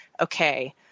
okay